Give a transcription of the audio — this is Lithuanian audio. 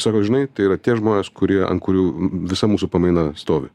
sako žinai tai yra tie žmonės kurie ant kurių visa mūsų pamaina stovi